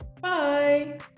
Bye